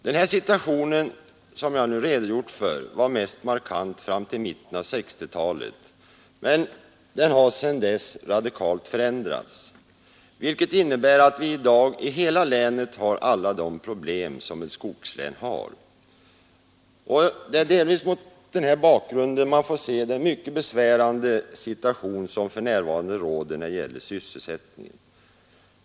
Den här situationen som jag redogjort för var mest markant fram till mitten av 1960-talet men har nu radikalt förändrats, vilket innebär att vi i dag i hela länet har alla de problem som ett skogslän har. Det är delvis mot den bakgrunden man får se den mycket besvärande situation som för närvarande råder när det gäller sysselsättningen.